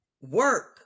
Work